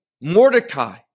Mordecai